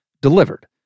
delivered